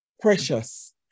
precious